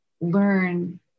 learn